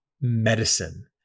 medicine